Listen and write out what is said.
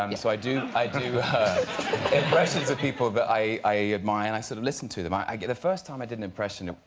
um so i do i do her impressions of people that i admire and i sort of listen to them i i get the first time i did an impression a